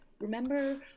Remember